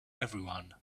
everyone